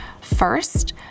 First